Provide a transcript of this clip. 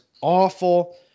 awful